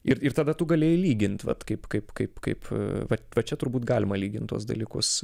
ir ir tada tu galėjai lygint vat kaip kaip kaip kaip vat va čia turbūt galima lygint tuos dalykus